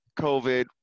covid